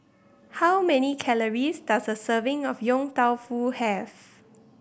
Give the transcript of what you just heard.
how many calories does a serving of Yong Tau Foo have